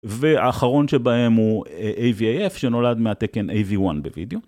ואחרון שבהם הוא avaf שנולד מהתקן av1 בווידאו